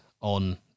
on